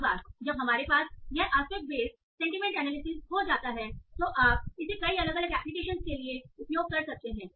एक बार जब हमारे पास यह आस्पेक्ट बेस्ड सेंटीमेंट एनालिसिस हो जाता है तो आप इसे कई अलग अलग एप्लीकेशन के लिए उपयोग कर सकते हैं